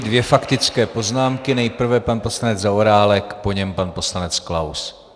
Dvě faktické poznámky, nejprve pan poslanec Zaorálek, po něm pan poslanec Klaus.